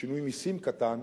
בשינוי מסים קטן,